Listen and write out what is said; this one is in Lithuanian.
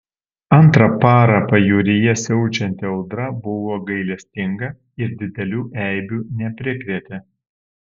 antrą parą pajūryje siaučianti audra buvo gailestinga ir didelių eibių neprikrėtė